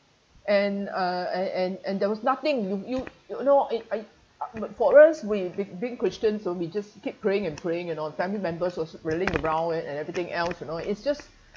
and uh and and and there was nothing you you know it it uh for us we being being christians so we just keep praying and praying and all family members was railing around and and everything else you know it's just